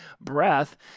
breath